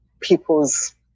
people's